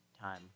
time